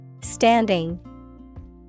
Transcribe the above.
Standing